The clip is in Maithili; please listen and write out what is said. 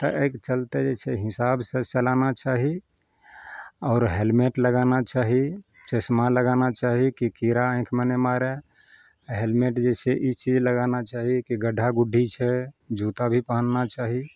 तऽ अइके चलते जे छै हिसाबसँ चलाना चाही आओर हेलमेट लगाना चाही चश्मा लगाना चाही की कीड़ा आँखिमे नहि मारय आओर हेलमेट जे छै इसलिये लगाना चाही कि गड्ढा गुड्ढी छै जूता भी पहनना चाही